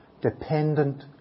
dependent